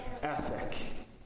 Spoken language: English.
ethic